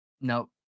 Nope